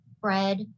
bread